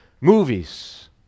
movies